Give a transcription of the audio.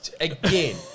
Again